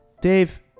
Dave